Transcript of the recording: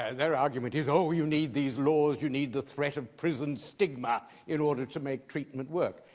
and their argument is, oh you need these laws, you need the threat of prison stigma in order to make treatment work.